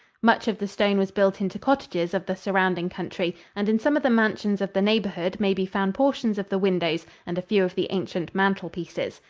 much of the stone was built into cottages of the surrounding country and in some of the mansions of the neighborhood may be found portions of the windows and a few of the ancient mantel pieces.